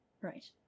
Right